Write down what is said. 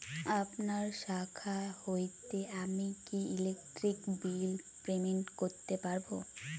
আপনার শাখা হইতে আমি কি ইলেকট্রিক বিল পেমেন্ট করতে পারব?